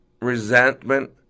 resentment